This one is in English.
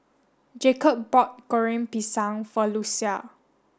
Jacob bought Goreng Pisang for Lucia